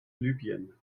libyen